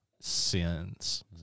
sins